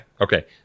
Okay